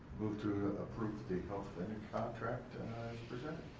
move to approve the health vending contract as presented.